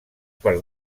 per